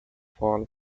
fall